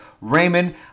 Raymond